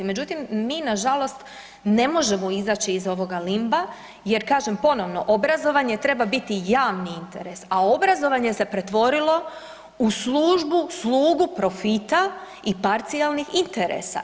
Međutim, mi nažalost ne možemo izaći iz ovoga limba jer kažem ponovno obrazovanje treba biti javni interes, a obrazovanje se pretvorilo u službu slugu profita i parcijalnih interesa.